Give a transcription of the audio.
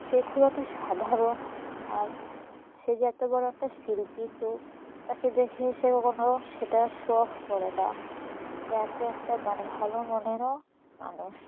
সে খুব একটা সাধারণ আর সে যে এত বড়ো একটা শিল্পী তো তাকে দেখে সে কোনো সেটা শো অফ করে না সে এতো একটা মানে ভালো মনেরও মানুষ